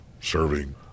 serving